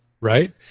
right